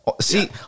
See